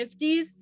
1950s